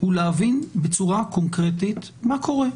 הוא להבין בצורה קונקרטית מה קורה.